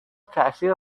تأثیر